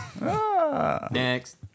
next